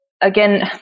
again